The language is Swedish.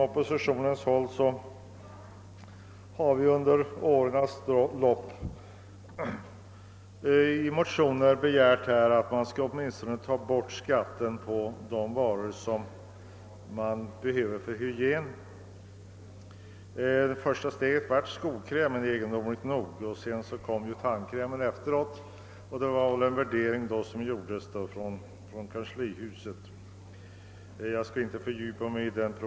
Oppositionen har under årens lopp begärt i motioner att skatten skulle tas bort åtminstone på sådana varor som behövs för hygienen. Ett första steg var egendomligt nog slopande av skatten på skokräm, och sedan togs skatten på tandkräm bort — värderingen gjordes väl i kanslihuset, och jag skall inte fördjupa mig i den.